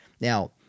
Now